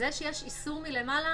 זה שיש איסור מלמעלה,